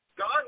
God